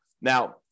Now